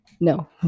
No